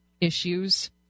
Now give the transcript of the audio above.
issues